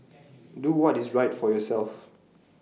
do what is right for yourself